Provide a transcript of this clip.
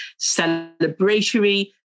celebratory